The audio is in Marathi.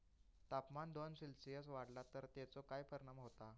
तापमान दोन सेल्सिअस वाढला तर तेचो काय परिणाम होता?